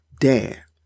dare